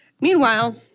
Meanwhile